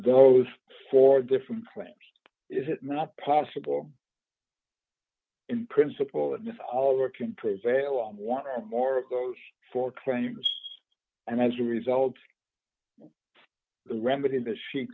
those four different plans is it not possible in principle and this all working to sail on want more of those four claims and as a result the remedy that she